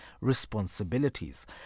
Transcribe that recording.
responsibilities